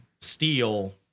steel